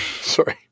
sorry